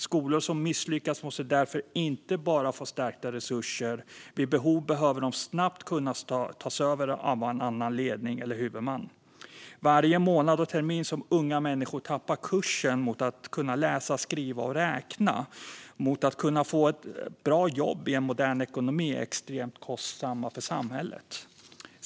Skolor som misslyckas måste därför inte bara få stärkta resurser; vid behov behöver de snabbt kunna tas över av en annan ledning eller huvudman. Varje månad och termin som unga människor tappar kursen mot att kunna läsa, skriva och räkna och mot att kunna få bra jobb i en modern ekonomi är extremt kostsamma för samhället.